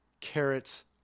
carrots